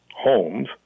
homes